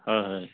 হয়